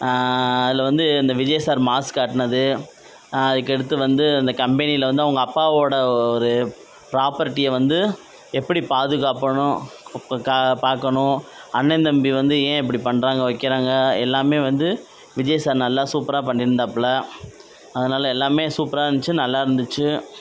அதில் வந்து இந்த விஜய் சார் மாஸ் காட்டினது அதுக்கடுத்து வந்து அந்த கம்பெனியில் வந்து அவங்க அப்பாவோடய ஒரு ப்ராப்பர்ட்டியை வந்து எப்படி பாதுகாப்பணும் பார்க்கணும் அண்ணன்தம்பி வந்து ஏன் இப்படி பண்ணுறாங்க வைக்கிறாங்க எல்லாமே வந்து விஜய் சார் நல்ல சூப்பராக பண்ணியிருந்தாப்புல அதனால் எல்லாமே சூப்பராக இருந்துச்சு நல்லா இருந்துச்சு